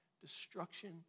destruction